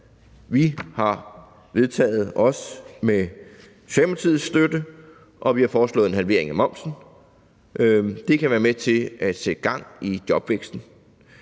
vi har vedtaget – også med Socialdemokratiets støtte – og vi har foreslået en halvering af momsen. Det kan være med til at sætte gang i jobvæksten.